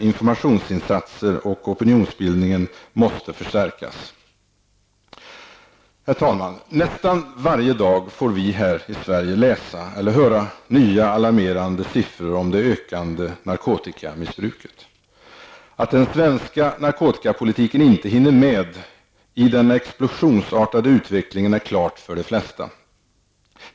Informationsinsatser och opinionsbildningen måste förstärkas. Herr talman! Nästan varje dag får vi i Sverige läsa eller höra nya alarmerande siffror om det ökade narkotikamissbruket. Att den svenska narkotikapolitiken inte hinner med i den explosionsartade utvecklingen är klart för de flesta.